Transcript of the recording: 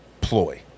ploy